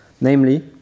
namely